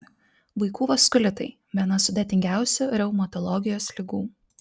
vaikų vaskulitai viena sudėtingiausių reumatologijos ligų